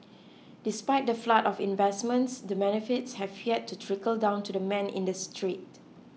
despite the flood of investments the benefits have yet to trickle down to the man in the street